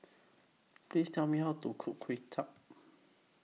Please Tell Me How to Cook Kway Chap